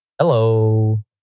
Hello